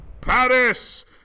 Paris